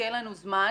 כי אין לנו זמן